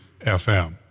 FM